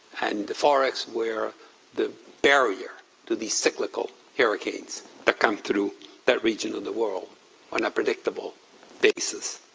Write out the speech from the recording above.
and the forest were the barrier to the cyclical hurricanes that come through that region in the world on a predictable basis.